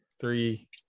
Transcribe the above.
three